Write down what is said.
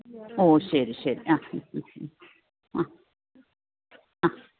ഓ ശരി ശരി ആ ആ ഉം ഉം ഉം ആ ആ